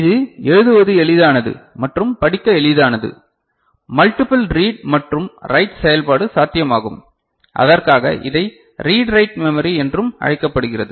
இது எழுதுவது எளிதானது மற்றும் படிக்க எளிதானது மல்டிபில் ரீட் மற்றும் ரைட் செயல்பாடு சாத்தியமாகும் அதற்காக இதை ரீட் ரைட் மெமரி என்றும் அழைக்கப்படுகிறது